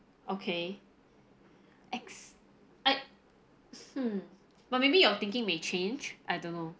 okay X I hmm but maybe your thinking may change I don't know